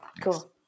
cool